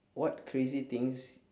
what crazy things